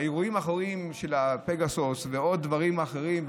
האירועים האחרונים של פגסוס ועוד דברים אחרים,